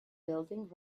building